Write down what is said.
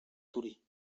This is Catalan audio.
torí